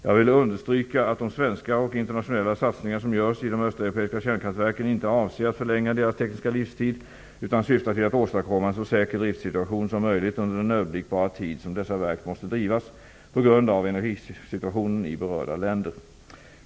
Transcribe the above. Jag vill understryka att de svenska och internationella satsningar som görs i de östeuropeiska kärnkraftverken inte avser att förlänga deras tekniska livstid utan syftar till att åstadkomma en så säker driftssituation som möjligt under den överblickbara tid som dessa verk måste drivas på grund av energisituationen i berörda länder.